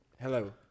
Hello